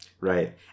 right